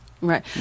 Right